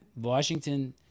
Washington